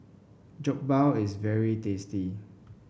Jokbal is very tasty